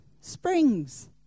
springs